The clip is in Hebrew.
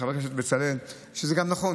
חבר הכנסת בצלאל, שזה גם נכון.